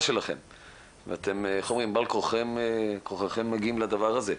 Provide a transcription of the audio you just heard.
שלכם ואתם בעל כורחכם מגיעים לדבר הזה.